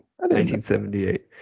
1978